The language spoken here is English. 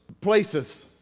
places